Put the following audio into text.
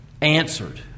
answered